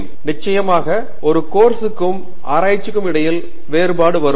பேராசிரியர் ஆண்ட்ரூ தங்கராஜ் நிச்சயமாக ஒரு கோர்ஸ்க்கும் ஆராய்ச்சிக்கும் இடையில் வேறுபாடு வரும்